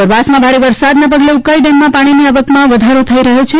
ઉપરવાસમાં ભારે વરસાદના પગલે ઉકાઈ ડેમમાં પાણીની આવકમાં વધારો થઈ રહ્યો છે